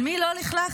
על מי לא לכלכתם?